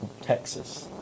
Texas